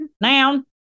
Noun